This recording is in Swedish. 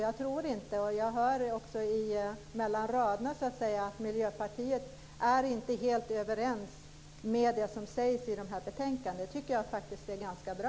Jag tror inte, och jag ser det också mellan raderna, att Miljöpartiet är helt överens med det som sägs i betänkandet. Det tycker jag är ganska bra.